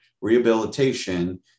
rehabilitation